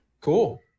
Cool